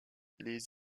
les